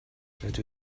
rydw